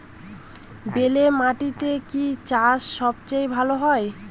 বেলে মাটিতে কি চাষ সবচেয়ে ভালো হয়?